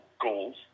goals